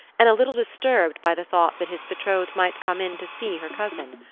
and a little disturbed by the thought that his betrothed might come in to see her cousin.